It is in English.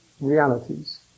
realities